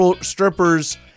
strippers